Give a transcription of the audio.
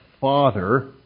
Father